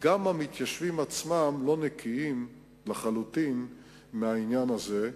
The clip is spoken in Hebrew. גם המתיישבים עצמם לא נקיים לחלוטין מהעניין הזה,